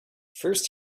first